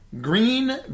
green